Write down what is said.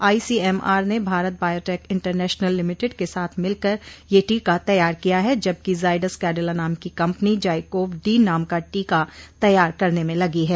ICMR ने Bharat Biotech International Limited के साथ मिलकर ये टीका तैयार किया है जबकि जायडस कैडिला नाम की कम्पनी जाइकोव डी नाम का टीका तैयार करने में लगी है